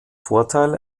vorteil